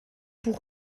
pour